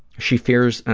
she fears,